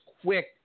quick